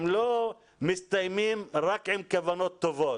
הם לא מסתיימים רק עם כוונות טובות